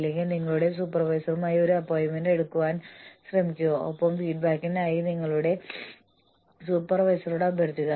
അതിനാൽ മെറിറ്റ് അടിസ്ഥാനമാക്കിയുള്ള സംവിധാനങ്ങളെക്കുറിച്ച് ഞങ്ങൾ ചർച്ച ചെയ്തു